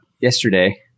yesterday